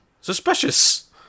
Suspicious